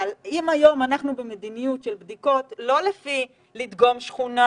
אבל אם היום אנחנו במדיניות בדיקות שאומרת לא לדגום שכונה